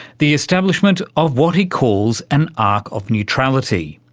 the establishment of what he calls an arc of neutrality.